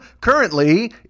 currently